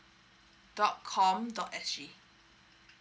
dot com dot S G